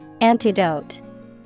antidote